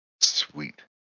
Sweet